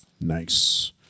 Nice